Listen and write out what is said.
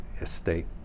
estate